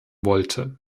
wollte